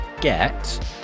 get